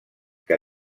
que